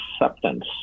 acceptance